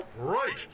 Right